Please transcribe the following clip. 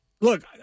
look